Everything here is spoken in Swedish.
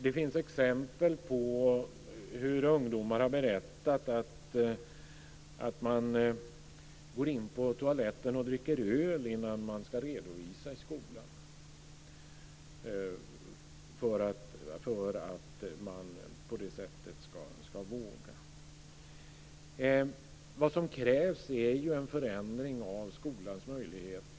Det finns exempel på att ungdomar har berättat att de går in på toaletten och dricker öl innan de ska redovisa i skolan för att de ska våga. Vad som krävs är en förändring av skolans möjligheter.